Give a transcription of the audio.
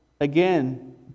again